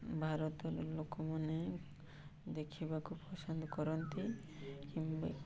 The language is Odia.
ଭାରତର ଲୋକମାନେ ଦେଖିବାକୁ ପସନ୍ଦ କରନ୍ତି କିମ୍ବା